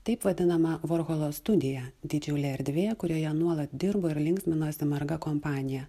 taip vadinamą vorholo studiją didžiulė erdvė kurioje nuolat dirbo ir linksminosi marga kompanija